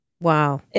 Wow